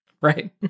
right